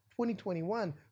2021